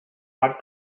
not